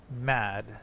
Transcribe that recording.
mad